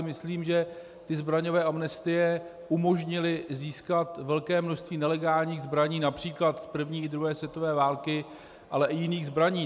Myslím, že zbraňové amnestie umožnily získat velké množství nelegálních zbraní např. z první i druhé světové války, ale i jiných zbraní.